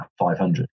500